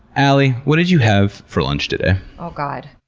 alie, what did you have for lunch today? oh god,